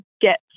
get